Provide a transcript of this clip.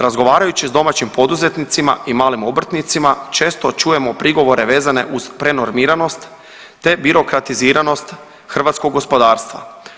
Razgovarajući s domaćim poduzetnicima i malim obrtnicima često čujemo prigovore vezane uz prenormiranost te birokratiziranost hrvatskog gospodarstva.